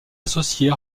associée